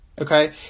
okay